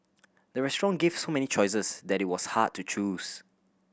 the restaurant give so many choices that it was hard to choose